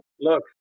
look